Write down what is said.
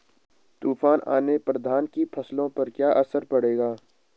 तूफान आने पर धान की फसलों पर क्या असर पड़ेगा?